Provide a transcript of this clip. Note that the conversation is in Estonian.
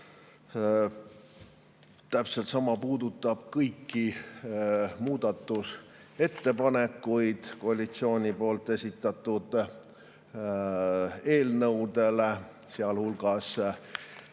Täpselt sama puudutab kõiki muudatusettepanekuid koalitsiooni esitatud eelnõude kohta, sealhulgas